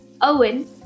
Owen